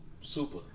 super